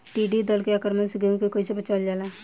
टिडी दल के आक्रमण से गेहूँ के कइसे बचावल जाला?